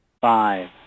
Five